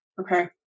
Okay